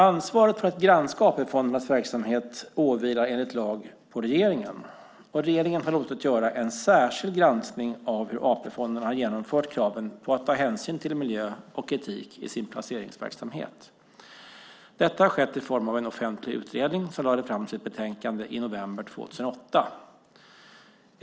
Ansvaret för att granska AP-fondernas verksamhet åvilar enligt lag regeringen. Regeringen har låtit göra en särskild granskning av hur AP-fonderna har genomfört kravet på att ta hänsyn till miljö och etik i sin placeringsverksamhet. Detta har skett i form av en offentlig utredning som lade fram sitt betänkande i november 2008.